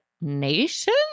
nation